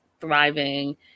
thriving